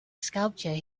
sculpture